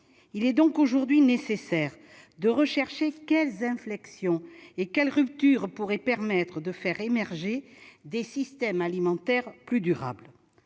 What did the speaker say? Il est donc aujourd'hui nécessaire de rechercher quelles inflexions et quelles ruptures pourraient permettre de faire émerger des systèmes alimentaires plus durables.